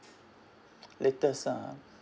latest ah